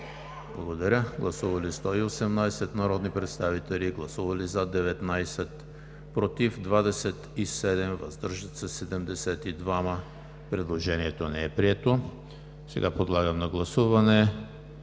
за ал. 5. Гласували 118 народни представители: за 19, против 27, въздържали се 72. Предложението не е прието. Сега подлагам на гласуване